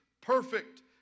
perfect